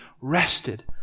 rested